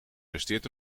resteert